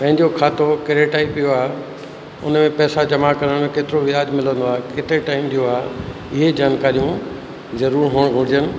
पंहिंजो खातो केरे टाइप जो आहे उन में पैसा जमा करणु केतिरो व्याजु मिलंदो आहे केतिरे टाइम जो आहे इहे जानकारियूं ज़रूरु हुजणु घुरिजनि